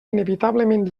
inevitablement